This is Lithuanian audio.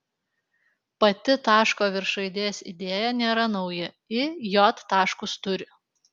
pati taško virš raidės idėja nėra nauja i j taškus turi